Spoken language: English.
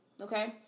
okay